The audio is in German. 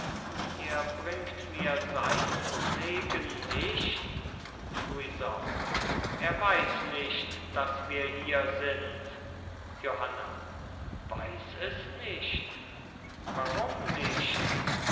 ihr bringt mir seinen segen nicht louison er weiß nicht daß wir hier sind johanna weiß es nicht warum nicht